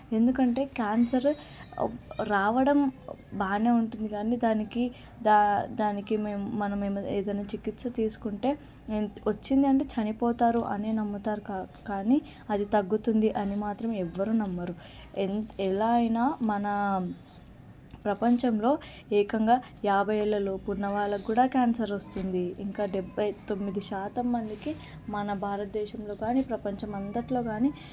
ఎందుకంటే క్యాన్సరు రావడం బాగానే ఉంటుంది కానీ దానికి దా దానికి మేం మనం ఏమన్నా ఏదైనా చికిత్స తీసుకుంటే వచ్చింది అంటే చనిపోతారు అనే నమ్ముతారు కా కానీ అది తగ్గుతుంది అని మాత్రం ఎవ్వరు నమ్మరు ఎ ఎలా అయినా మన ప్రపంచంలో ఏకంగా యాభై ఏళ్ళ లోపు ఉన్న వాళ్ళకు కూడా క్యాన్సరొస్తుంది ఇంకా డెబ్భై తొమ్మిది శాతం మందికి మన భారతదేశంలో కానీ ప్రపంచం అంతట్లో కాని